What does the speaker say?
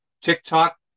tiktok